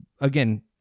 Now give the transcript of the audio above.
again